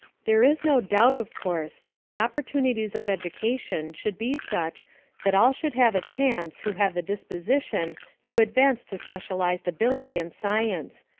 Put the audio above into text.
there is no doubt, of course, that the opportunities of education should be such that all should have a chance who have the disposition to advance to specialized ability in science,